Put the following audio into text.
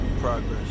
progress